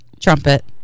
Trumpet